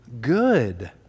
good